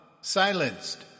silenced